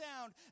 sound